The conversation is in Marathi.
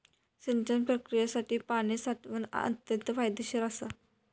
सिंचन प्रक्रियेसाठी पाणी साठवण अत्यंत फायदेशीर असा